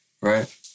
right